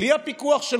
בלי הפיקוח של